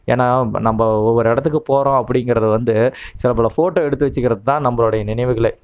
ஏன்னால் நம்ம ஒவ்வொரு இடத்துக்கு போகிறோம் அப்படிங்குறத வந்து சில பல ஃபோட்டோ எடுத்து வெச்சுக்கிறதுதான் நம்மளுடைய நினைவுகளே